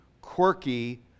quirky